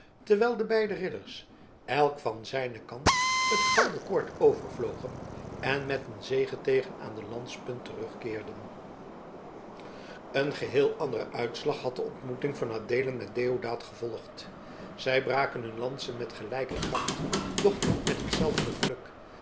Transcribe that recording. terwijl de beide ridders elk van zijnen kant het gouden koord overvlogen en met een zegeteeken aan de lanspunt terugkeerden een geheel anderen uitslag had de ontmoeting van adeelen met deodaat gevolgd zij braken hun lansen met gelijke kracht doch niet met hetzelfde geluk